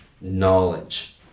knowledge